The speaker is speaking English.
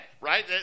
right